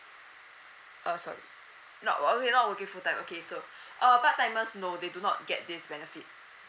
uh sorry not work~ oh okay not working full time okay so err part timers no they do not get this benefit